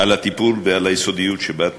על הטיפול, ועל היסודיות שבה את